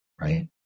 right